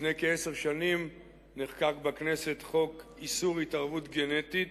לפני כעשר שנים נחקק בכנסת חוק איסור התערבות גנטית,